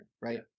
right